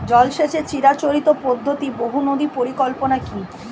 জল সেচের চিরাচরিত পদ্ধতি বহু নদী পরিকল্পনা কি?